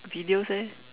videos eh